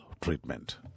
treatment